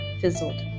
fizzled